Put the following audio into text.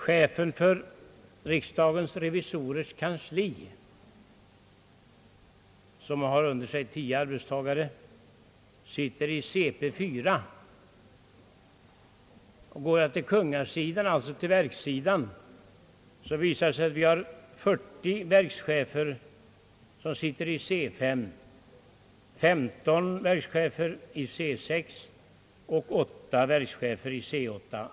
Chefen för riksdagens revisorers kansli, som har 10 arbetstagare under sig, är i Cp 4. Går man till verkssidan visar det sig att vi har 40 verkschefer i C 5, 15 verkschefer i C 6 och 8 verkschefer i C 8.